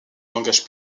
langage